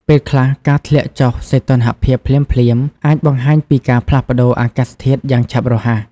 ពេលខ្លះ ការធ្លាក់ចុះសីតុណ្ហភាពភ្លាមៗ អាចបង្ហាញពីការផ្លាស់ប្តូរអាកាសធាតុយ៉ាងឆាប់រហ័ស។